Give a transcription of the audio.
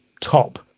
top